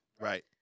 Right